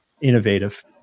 innovative